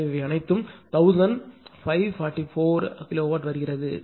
எனவே இவை அனைத்தும் 1544 கிலோவாட் வருகிறது